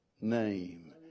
name